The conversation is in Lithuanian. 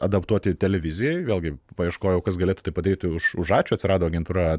adaptuoti televizijai vėlgi paieškojau kas galėtų tai padaryti už už ačiū atsirado agentūra